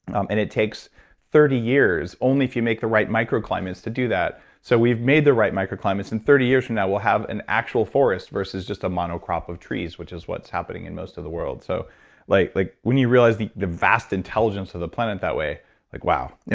um and it takes thirty years only if you make the right microclimates to do that. so we've made the right microclimates and thirty years from now, we'll have an actual forest versus just a monocrop of trees, which is what's happening in most of the world. so like like when you realize the the vast intelligence of the planet that way it's like, wow.